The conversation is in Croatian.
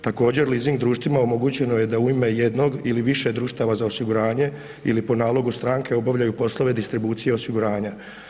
Također, leasing društvima omogućeno je da u ime jednog ili više društava za osiguranje ili po nalogu stranke obavljaju poslove distribucije osiguranja.